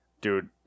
Dude